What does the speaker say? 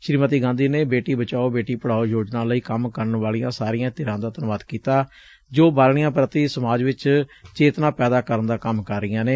ਸ੍ਰੀਮਤੀ ਗਾਂਧੀ ਨੇ ਬੇਟੀ ਬਚਾਓ ਬੇਟੀ ਪੜਾਓ ਯੋਜਨਾ ਲਈ ਕੰਮ ਕਰਨ ਵਾਲੀਆਂ ਸਾਰੀਆਂ ਧਿਰਾਂ ਦਾ ਧੰਨਵਾਦ ਵੀ ਕੀਤਾ ਜੋ ਬਾਲੜੀਆਂ ਪੁਤੀ ਸਮਾਜਂ ਵਿਚ ਚੇਤਨਾ ਪੈਦਾ ਕਰਨ ਦਾ ਕੰਮ ਕਰ ਰਹੀਆਂ ਨੇ